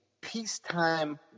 peacetime